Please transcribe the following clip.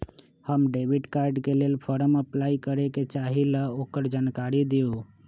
हम debit card के लेल फॉर्म अपलाई करे के चाहीं ल ओकर जानकारी दीउ?